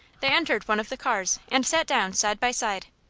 they entered one of the cars, and sat down side by side.